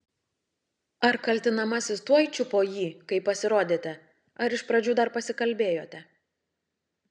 ar kaltinamasis tuoj čiupo jį kai pasirodėte ar iš pradžių dar pasikalbėjote